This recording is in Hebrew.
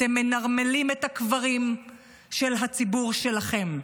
אתם מנרמלים את הקברים של הציבור שלכם.